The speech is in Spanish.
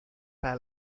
para